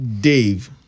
Dave